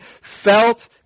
felt